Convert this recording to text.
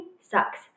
sucks